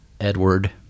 edward